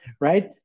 right